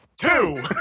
Two